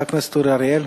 חבר הכנסת אורי אריאל.